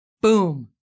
Boom